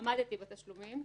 עמדתי בתשלומים,